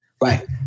right